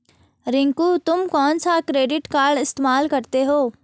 रिंकू तुम कौन सा क्रेडिट कार्ड इस्तमाल करते हो?